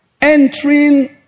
Entering